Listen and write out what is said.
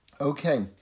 Okay